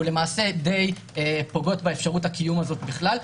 ולמעשה די פוגעות באפשרות הקיום הזאת בכלל.